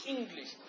English